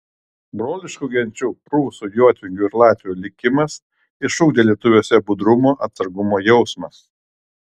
broliškų genčių prūsų jotvingių ir latvių likimas išugdė lietuviuose budrumo atsargumo jausmą